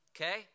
okay